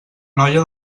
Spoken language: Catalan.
noia